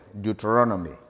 Deuteronomy